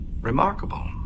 Remarkable